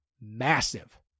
massive